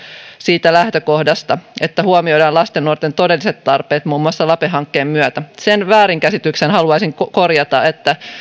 siitä lähtökohdasta että huomioidaan lasten ja nuorten todelliset tarpeet muun muassa lape hankkeen myötä sen väärinkäsityksen haluaisin korjata että